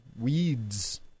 Weeds